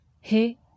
Hey